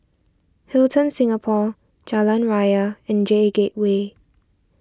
Hilton Singapore Jalan Raya and J Gateway